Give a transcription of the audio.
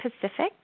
Pacific